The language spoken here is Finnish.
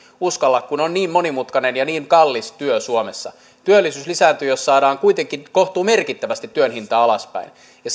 uskalla kun se on niin monimutkaista ja niin kallis työ suomessa jos saadaan kuitenkin kohtuumerkittävästi työn hintaa alaspäin ja